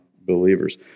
believers